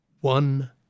one